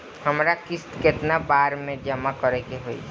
हमरा किस्त केतना बार में जमा करे के होई?